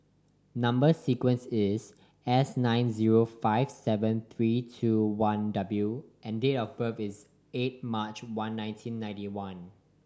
number sequence is S nine zero five seven three two one W and date of birth is eight March one nineteen ninety one